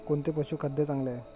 कोणते पशुखाद्य चांगले आहे?